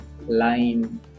line